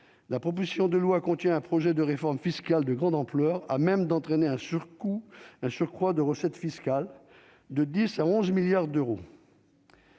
la proposition de loi contient un projet de réforme fiscale de grande ampleur à même d'entraîner un surcoût un surcroît de recettes fiscales de 10 à 11 milliards d'euros.